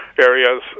areas